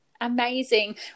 Amazing